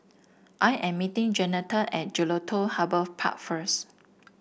I am meeting Jeanetta at Jelutung Harbour Park first